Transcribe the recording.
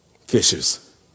Fishers